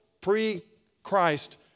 pre-Christ